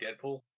Deadpool